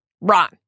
Ron